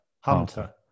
Hunter